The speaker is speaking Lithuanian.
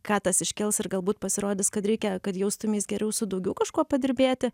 ką tas iškels ir galbūt pasirodys kad reikia kad jaustumeis geriau su daugiau kažkuo padirbėti